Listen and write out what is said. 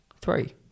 Three